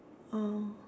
oh